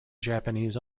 japanese